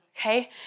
Okay